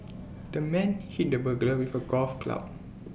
the man hit the burglar with A golf club